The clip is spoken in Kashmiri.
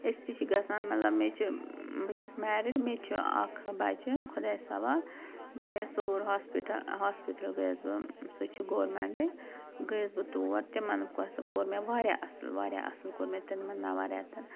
أسۍ تہِ چھِ گَژھان مطلب مےٚ چھُ بہٕ چھَس میرڈ مےٚ چھُ اَکھ بَچہِ خۄدایس حوالہٕ بہٕ گٔیَس سوٗر ہاسپِٹَل ہاسپِٹَل گٔیَس بہٕ سُہ چھُ گورمینٹٕے گٔیَس بہٕ تور تِمَن کۄس کوٚر مےٚ واریاہ اَصٕل واریاہ اَصٕل کوٚر مےٚ تِمَن نَوان ریتَن